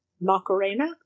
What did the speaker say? Macarena